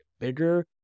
bigger